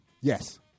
Yes